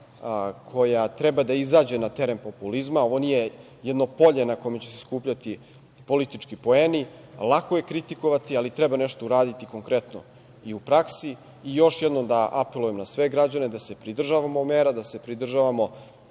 koja treba da izađe na teren populizma, ovo nije jedno polje na kome će se skupljati politički poeni. Lako je kritikovati, ali treba nešto uraditi konkretno i u praksi. Još jednom da apelujem na sve građane da se pridržavamo mera, da se pridržavamo